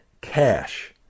cash